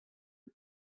the